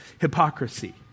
hypocrisy